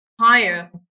higher